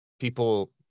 people